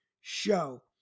show